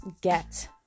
get